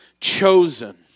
chosen